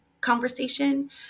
conversation